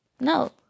No